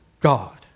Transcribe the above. God